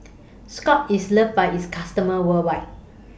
Scott's IS loved By its customers worldwide